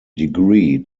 degree